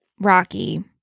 Rocky